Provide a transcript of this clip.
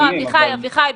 אביחי,